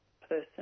person